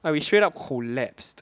like we straight up collapse